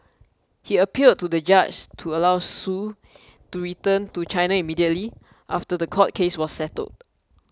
he appealed to the judge to allow Su to return to China immediately after the court case was settled